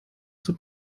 tut